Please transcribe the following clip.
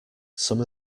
some